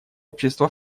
общества